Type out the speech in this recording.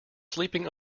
sleeping